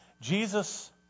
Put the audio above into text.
Jesus